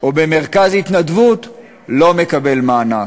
או במרכז התנדבות לא מקבל מענק?